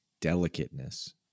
delicateness